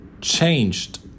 changed